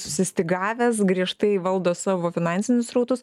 susistygavęs griežtai valdo savo finansinius srautus